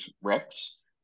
reps